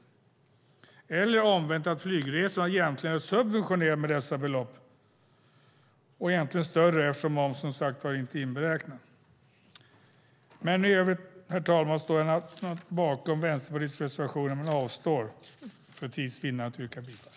Omvänt kan man uttrycka det som att flygresor egentligen är subventionerade med dessa belopp, som egentligen är större eftersom momsen som sagt inte är inberäknad. I övrigt står jag naturligtvis bakom Vänsterpartiets reservationer men avstår för tids vinnande från att yrka bifall.